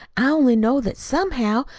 i only know that somehow,